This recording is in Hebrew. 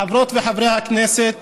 חברות וחברי הכנסת,